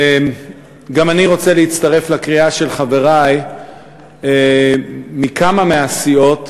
גם אני רוצה להצטרף לקריאה של חברי מכמה מהסיעות,